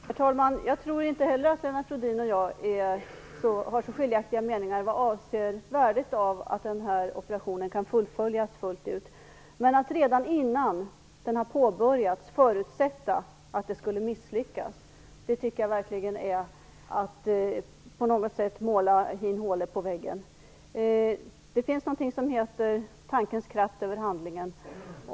Herr talman! Jag tror inte heller att Lennart Rohdin och jag har så skiljaktiga meningar vad avser värdet av att operationen kan fullföljas fullt ut. Men att redan innan den har påbörjats förutsätta att det skulle misslyckas tycker jag verkligen är att måla hin håle på väggen. Det finns någonting som heter tankens kraft över handlingen.